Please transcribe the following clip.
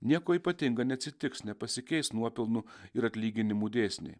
nieko ypatinga neatsitiks nepasikeis nuopelnų ir atlyginimų dėsniai